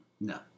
No